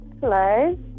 Hello